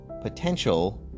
potential